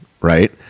right